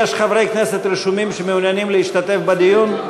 יש חברי כנסת רשומים שמעוניינים להשתתף בדיון?